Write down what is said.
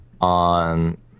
On